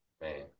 man